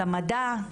למדע.